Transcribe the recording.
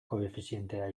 koefizientea